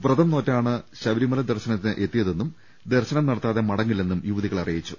പ്രതം നോറ്റാണ് ശബരിമല ദർശന ത്തിനെത്തിയതെന്നും ദർശനം നടത്താതെ മടങ്ങില്ലെന്നും യുവതികൾ അറി യിച്ചു